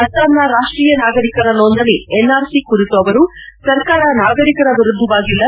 ಅಸ್ಲಾಂನ ರಾಷ್ಟೀಯ ನಾಗರಿಕರ ನೋಂದಣಿ ಎನ್ಆರ್ಸಿ ಕುರಿತು ಅವರು ಸರ್ಕಾರ ನಾಗರಿಕರ ವಿರುದ್ದವಾಗಿಲ್ಲ